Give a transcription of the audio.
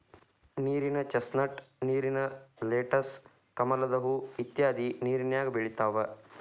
ನೇರಿನ ಚಸ್ನಟ್, ನೇರಿನ ಲೆಟಸ್, ಕಮಲದ ಹೂ ಇತ್ಯಾದಿ ನೇರಿನ್ಯಾಗ ಬೆಳಿತಾವ